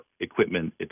equipment